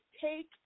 take